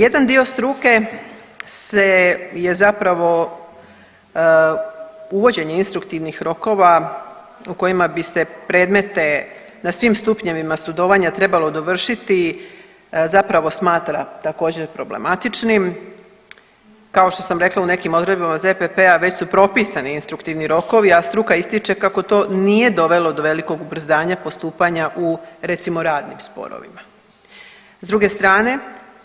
Jedan dio struke se je zapravo uvođenje instruktivnih rokova u kojima bi se predmete na svim stupnjevima sudovanja trebalo dovršiti zapravo smatra također problematičnim, kao što sam rekla u nekim odredbama ZPP-a već su propisani instruktivni rokovi, a struka ističe kako to nije dovelo do velikog ubrzanja postupanja u recimo radnim sporovima, s druge strane